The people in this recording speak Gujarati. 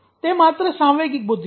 તે માત્ર સાંવેગિક બુદ્ધિ છે